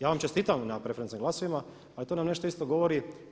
Ja vam čestitam na preferencijalnim glasovima ali to nam nešto isto govori.